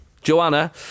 Joanna